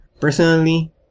personally